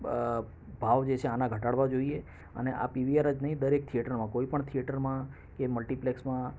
ભાવ જે છે આને ઘટાડવા જોઈએ અને આ પીવીઆર જ નહીં દરેક થિએટરમાં કોઈ પણ થિએટરમાં કે મલ્ટીપ્લેક્ષમાં